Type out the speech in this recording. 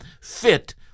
fit